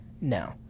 No